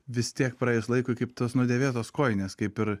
vis tiek praėjus laikui kaip tos nudėvėtos kojinės kaip ir